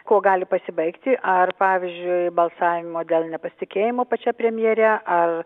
kuo gali pasibaigti ar pavyzdžiui balsavimo dėl nepasitikėjimo pačia premjere ar